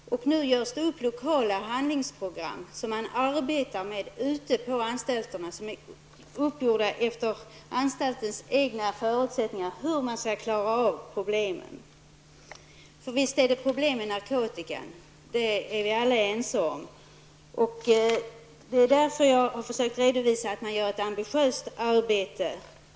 Nu görs det upp lokala handlingsprogram, som man arbetar med ute på anstalterna. De är uppgjorda efter anstaltens egna förutsättningar och handlar om hur man skall klara av problemen. För visst är det problem med narkotikan. Det är vi alla överens om. Det är därför som jag har försökt att redovisa att det förekommer ett ambitiöst arbete.